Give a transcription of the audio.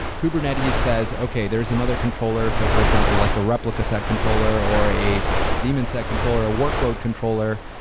kubernetes says, okay, there's another controller. so for example, like a replica set controller or a daemonset controller or a workload controller,